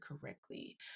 correctly